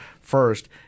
first